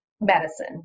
medicine